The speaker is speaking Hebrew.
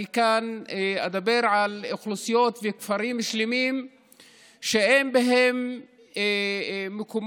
אני כאן אדבר על אוכלוסיות וכפרים שלמים שאין בהם מקומות